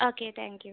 okay thank you